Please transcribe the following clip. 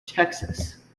texas